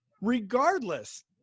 regardless